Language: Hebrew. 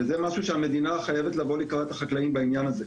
והמדינה חייבת לבוא לקראת החקלאים בעניין הזה.